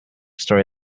story